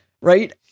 Right